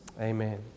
Amen